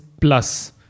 plus